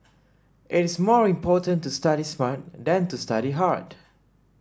it is more important to study smart than to study hard